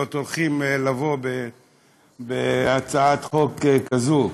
לא טורחים לבוא להצעת חוק כזאת,